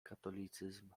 katolicyzm